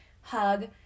hug